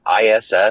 ISS